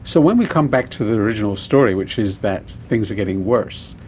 so when we come back to the original story which is that things are getting worse,